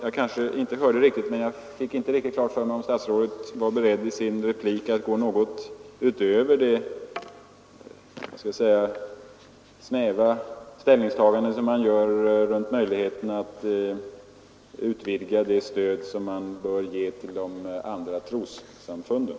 Jag fick inte riktigt klart för mig om statsrådet sade i sin replik att han var beredd att gå utöver det i interpellationssvaret snäva ställningstagandet till möjligheterna att utvidga det stöd som man bör ge till de andra trossam funden.